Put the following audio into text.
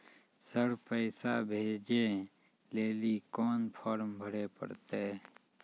Sir पैसा भेजै लेली कोन फॉर्म भरे परतै?